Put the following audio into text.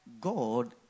God